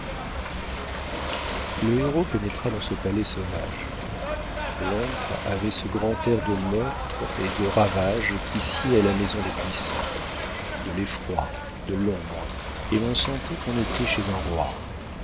le héros pénétra dans ce palais sauvage l'antre avait ce grand air de meurtre et de ravage qui sied à la maison des puissants de l'effroi de l'ombre et l'on sentait qu'on était chez un roi